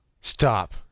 Stop